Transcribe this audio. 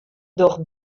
docht